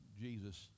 Jesus